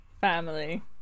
family